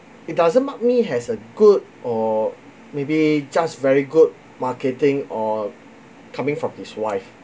it doesn't mark me as a good or maybe just very good marketing or coming from his wife